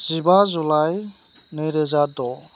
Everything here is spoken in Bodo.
जिबा जुलाइ नै रोजा द'